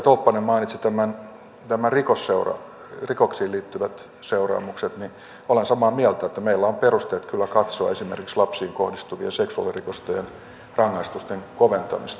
kun edustaja tolppanen mainitsi nämä rikoksiin liittyvät seuraamukset niin olen samaa mieltä että meillä on perusteet kyllä katsoa esimerkiksi lapsiin kohdistuvien seksuaalirikosten rangaistusten koventamista